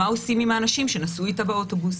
מה עושים עם האנשים שנסעו איתה באוטובוס.